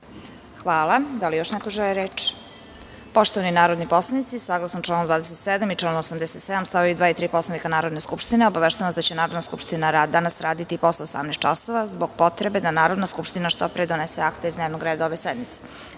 Hvala. Da li još neko želi reč? (Ne.)Poštovani narodni poslanici, saglasno članu 27. i članu 87. stav 2. i 3. Poslovnika Narodne skupštine, obaveštavam vas da će Narodna skupština danas raditi i posle 18,00 časova zbog potrebe da Narodna skupština što pre donese akte iz dnevnog reda ove sednice. Sada